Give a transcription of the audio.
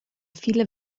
viele